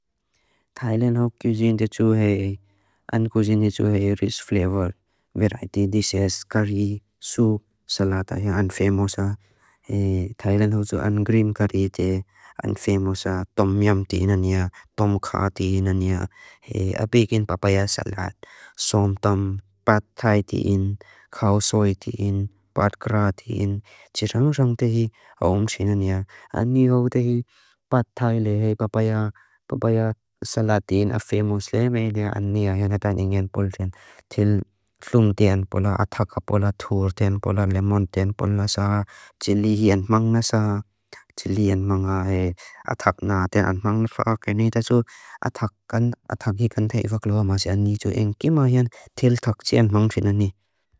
Thailand Hope Cuisine de chu hei, and cuisine de chu hei, rich flavor, variety dishes, curry, soup, salada hei, and famous, Thailand Hope's and green curry de, and famous, tom yum de hei na niya, tom kha de hei na niya, a big in papaya salad, som tam, pad thai de hei in, khao soi de hei in, pad kra de hei in, chirang rang de hei, om shei na niya, a new hoe de hei, pad thai le hei, papaya, papaya, salada hei, and famous, and green curry de hei na niya, salada hei, and famous, and green curry de hei na niya, salada hei, and famous, and green curry de hei na niya, salada hei, and famous, and green curry de hei na niya, salada hei, and famous, and green curry de hei na niya, salada hei, and famous, and green curry de hei na niya, salada hei, and famous, and green curry de hei na niya, salada hei, and famous, and green curry de hei na niya, salada hei, and famous, and green curry de hei na niya, salada hei, and famous, and green curry de hei na niya, salada hei, and famous, and green curry de hei na niya, salada hei, and famous, and green curry de hei na niya, salada hei, and famous